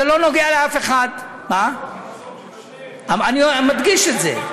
זה לא נוגע לאף אחד, אני מדגיש את זה.